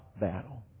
battle